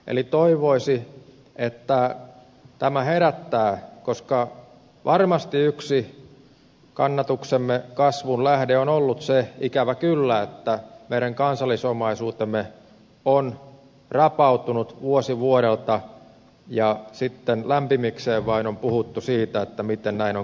eli toivoisi että tämä herättää koska varmasti yksi kannatuksemme kasvun lähde on ollut se ikävä kyllä että meidän kansallisomaisuutemme on rapautunut vuosi vuodelta ja sitten lämpimikseen vain on puhuttu siitä miten näin on käymässä